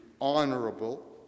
honorable